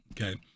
okay